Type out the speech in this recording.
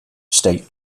state